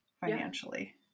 financially